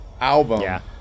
album